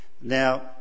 Now